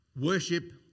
worship